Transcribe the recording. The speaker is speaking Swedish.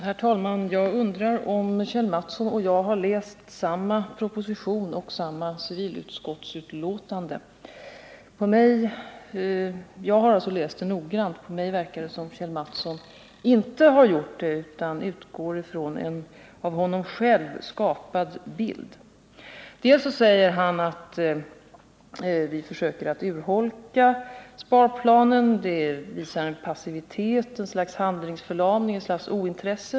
Herr talman! Jag undrar om Kjell Mattsson och jag har läst samma proposition och samma civilutskottsbetänkande. Jag har läst dem noggrant, men på mig verkar det som om Kjell Mattsson inte har gjort det utan att han utgår från en av honom själv skapad bild. Dels säger Kjell Mattsson att vi försöker urholka sparplanen och att vi visar passivitet, ett slags handlingsförlamning och ett slags ointresse.